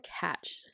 catch